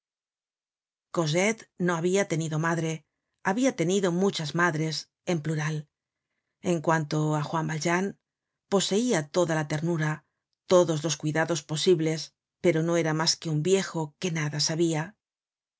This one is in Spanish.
cosette no habia tenido madre habia tenido muchas madres en plural en cuanto á juan valjean poseia toda la ternura todos los cuidados posibles pero no era mas que un viejo que nada sabia